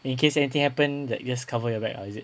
in case anything happen like just cover your back ah is it